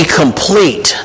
complete